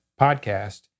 podcast